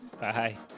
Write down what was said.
Bye